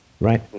right